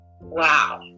wow